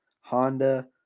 Honda